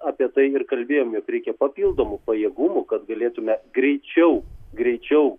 apie tai ir kalbėjom jog reikia papildomų pajėgumų kad galėtume greičiau greičiau